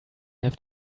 have